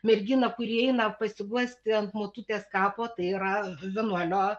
merginą kuri eina pasiguosti ant motutės kapo tai yra vienuolio